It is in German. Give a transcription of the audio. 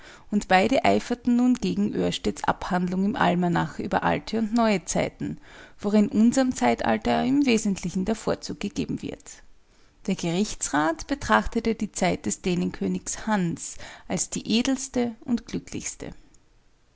und beide eiferten nun gegen oersteds abhandlung im almanach über alte und neue zeiten worin unserm zeitalter im wesentlichen der vorzug gegeben wird der gerichtsrat betrachtete die zeit des dänenkönigs hans als die edelste und glücklichste